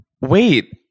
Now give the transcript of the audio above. Wait